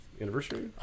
anniversary